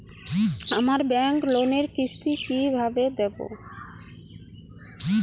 আমার ব্যাংক লোনের কিস্তি কি কিভাবে দেবো?